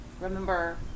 remember